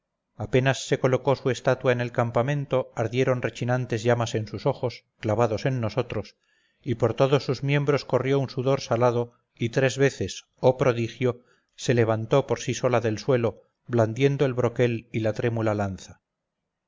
apenas se colocó su estatua en el campamento ardieron rechinantes llamas en sus ojos clavados en nosotros y por todos sus miembros corrió un sudor salado y tres veces oh prodigio se levantó por sí sola del suelo blandiendo el broquel y la trémula lanza